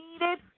needed